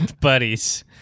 buddies